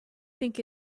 think